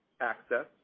access